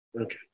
Okay